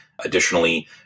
Additionally